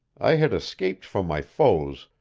i had escaped from my foes,